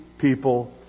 people